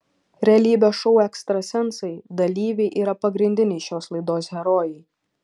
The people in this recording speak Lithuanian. realybės šou ekstrasensai dalyviai yra pagrindiniai šios laidos herojai